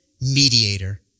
mediator